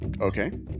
okay